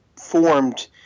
formed